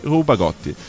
Rubagotti